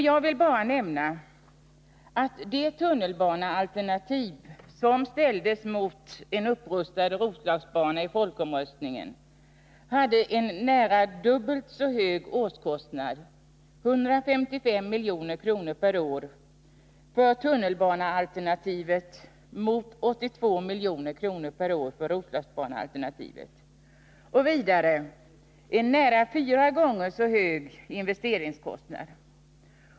Jag vill bara nämna att det tunnelbanealternativ som ställdes mot en upprustad Roslagsbana i folkomröstningen hade en nära dubbelt så hög årskostnad — 155 milj.kr. per år för tunnelbanealternativet mot 82 milj.kr. per år för Roslagsbanealternativet — och vidare en nära fyra gånger så hög investeringskostnad.